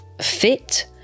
fit